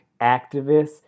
activists